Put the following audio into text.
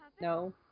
No